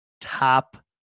top